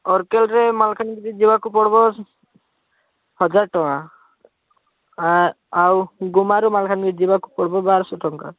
ଅରକେଲରେ ମାଲକାନଗିରି ଯିବାକୁ ପଡ଼ବ ହଜାର ଟଙ୍କା ଆ ଆଉ ଗୁମା ରୁ ମାଲକାନଗିରି ଯିବାକୁ ପଡ଼ିବ ବାରଶହ ଟଙ୍କା